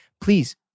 please